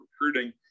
recruiting